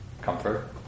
comfort